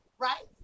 right